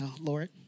Lord